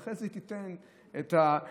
ואחרי זה היא תיתן את הצ'ופרים,